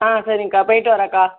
ஆ சரிங்கக்கா போய்ட்டு வர்றங்க்கா